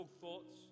thoughts